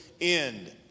end